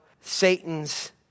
Satan's